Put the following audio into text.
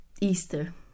Easter